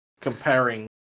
Comparing